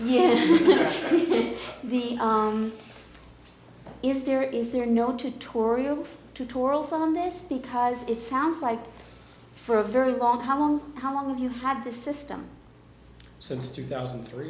yes the is there is there no tutorial tutorials on this because it sounds like for a very long how long how long have you had this system since two thousand and three